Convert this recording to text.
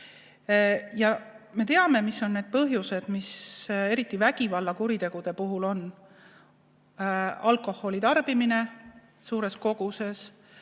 Ja me teame, mis need põhjused eriti vägivallakuritegude puhul on: alkoholi tarbimine suures koguses,